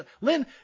Lynn